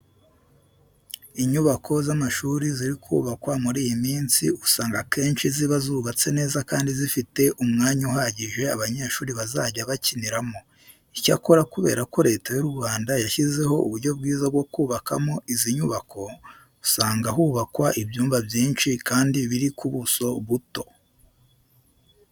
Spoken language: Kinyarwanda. Inyubako z'amashuri ziri kubakwa muri iyi minsi usanga akenshi ziba zubatse neza kandi zifite umwanya uhagije abanyeshuri bazajya bakiniramo. Icyakora kubera ko Leta y'u Rwanda yashyizeho uburyo bwiza bwo kubakamo izi nyubako, usanga hubakwa ibyumba byinshi kandi biri ku buso buto.